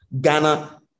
Ghana